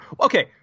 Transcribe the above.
Okay